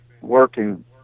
working